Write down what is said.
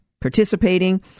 participating